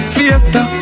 Fiesta